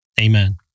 Amen